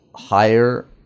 higher